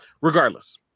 regardless